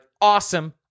awesome